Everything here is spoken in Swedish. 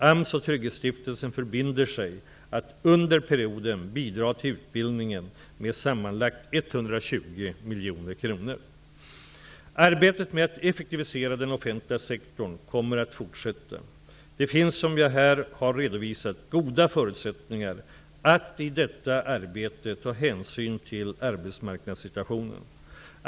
AMS och Trygghetsstiftelsen förbinder sig att under perioden bidra till utbildningen med sammanlagt 120 Arbetet med att effektivisera den offentliga sektorn kommer att fortsätta. Det finns som jag här har redovisat goda förutsättningar att i detta arbete ta hänsyn till arbetsmarknadssituationen.